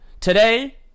Today